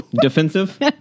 Defensive